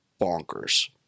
bonkers